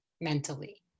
mentally